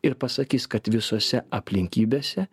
ir pasakys kad visose aplinkybėse